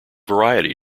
variety